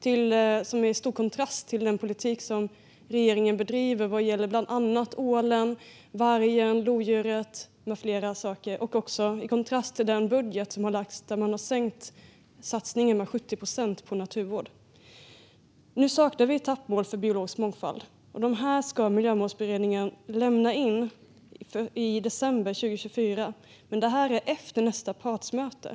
De står i stor kontrast till den politik som regeringen bedriver vad gäller bland annat ålen, vargen och lodjuret och också i kontrast till den budget som har lagts fram, där man har minskat satsningen på naturvård med 70 procent. Nu saknar vi etappmål för biologisk mångfald. Miljömålsberedningen ska lämna in dem i december 2024, men det är efter nästa partsmöte.